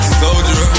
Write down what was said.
soldier